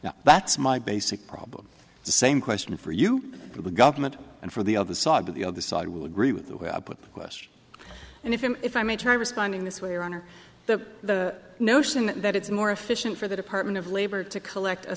now that's my basic problem the same question for you for the government and for the other side but the other side will agree with the way i put the question and if i'm if i may try responding this way around or the notion that it's more efficient for the department of labor to collect a